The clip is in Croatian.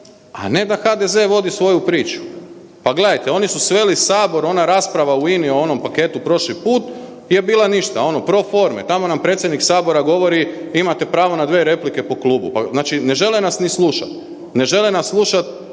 a ne da HDZ vodi svoju priču. Pa gledajte, oni su sveli Sabor, ona rasprava u INA-i o onom paketu prošli put je bila ništa, ono pro forme, tamo na predsjednik Sabora govori imate pravo na 2 replike po klubu. Pa znači ne žele nas ni slušati. Ne žele nas slušati